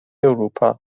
اروپا